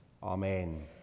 Amen